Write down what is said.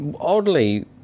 Oddly